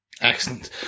excellent